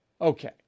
Okay